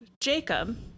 Jacob